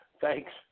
thanks